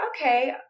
okay